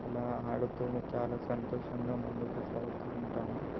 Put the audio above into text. అలా ఆడుతూ చాలా సంతోషంగా ముందుకు సాగుతూ ఉంటాను